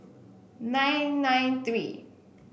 nine nine three